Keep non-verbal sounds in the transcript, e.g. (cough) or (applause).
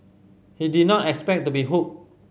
he did not expect to be hooked (noise)